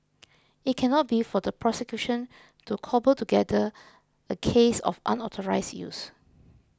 it cannot be for the prosecution to cobble together a case of unauthorised use